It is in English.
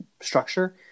structure